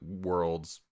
world's